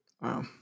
Wow